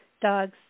dogs